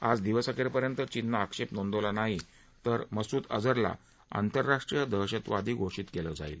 आज दिवसअखेर पर्यंत चीननं आक्षेप नोंदवला नाही तर मसूद अजहरला आंतरराष्ट्रीय दहशतवादी घोषित केलं जाईल